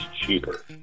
cheaper